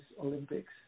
Olympics